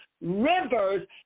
rivers